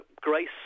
grace